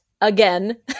again